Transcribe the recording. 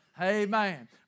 Amen